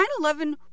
9-11